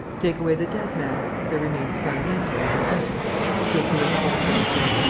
take away the dead man there remains sparmiento and lupin. take away sparmiento.